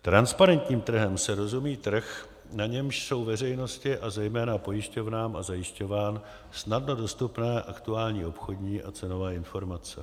Transparentním trhem se rozumí trh, na němž jsou veřejnosti a zejména pojišťovnám a zajišťovnám snadno dostupné aktuální obchodní a cenové informace.